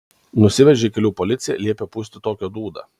nusivežė į kelių policiją liepė pūsti tokią dūdą